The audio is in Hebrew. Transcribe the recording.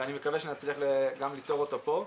ואני מקווה שנצליח ליצור אותו גם פה.